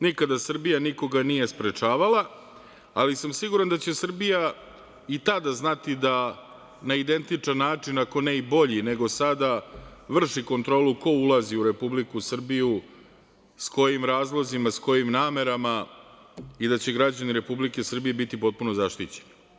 Nikada Srbija nikoga nije sprečavala, ali sam siguran da će Srbija i tada znati da na identičan način, ako ne i bolji nego sada vrši kontrolu ko ulazi u Republiku Srbiju, sa kojim razlozima, sa kojim namerama i da će građani Republike Srbije biti potpuno zaštićeni.